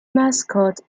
mascot